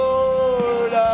Lord